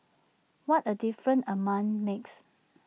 what A difference A month makes